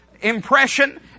impression